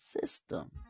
system